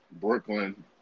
Brooklyn